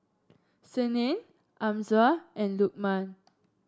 Senin Amsyar and Lukman